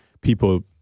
people